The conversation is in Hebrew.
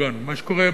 מה שקורה בפועל,